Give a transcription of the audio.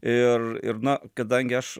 ir ir na kadangi aš